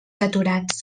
saturats